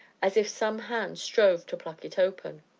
as if some hand strove to pluck it open.